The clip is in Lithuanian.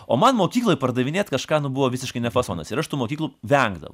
o man mokykloj pardavinėt kažką buvo visiškai ne fasonas ir aš tų mokyklų vengdavau